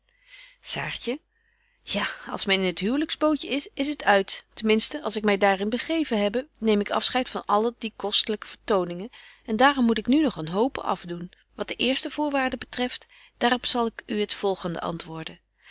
saartje ja als men in het huwlyks bootje is is het uit ten minsten als ik my daar in begeven hebbe neem ik afscheid van alle die kostelyke vertoningen en daarom moet ik nu nog een hope afdoen wat de eerste voorwaarde betreft daarop zal ik u het volgende antwoorden